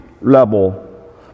level